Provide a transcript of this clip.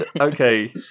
okay